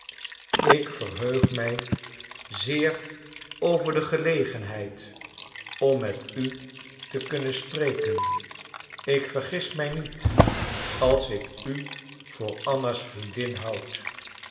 ik verheug mij zeer over de gelegenheid om met u te kunnen spreken ik vergis mij niet als ik u voor anna's vriendin houd